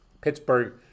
Pittsburgh